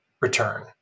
return